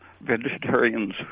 vegetarians